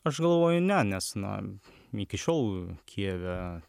aš galvoju ne nes na iki šiol kijeve